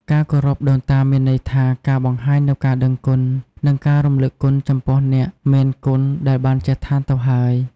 ការគោរពដូនតាមានន័យថា ការបង្ហាញនូវការដឹងគុណ និងការរំលឹកគុណចំពោះអ្នកមានគុណដែលបានចែកឋានទៅហើយ។